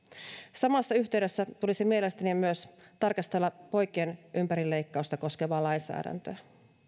samassa yhteydessä tulisi mielestäni tarkastella myös poikien ympärileikkausta koskevaa lainsäädäntöä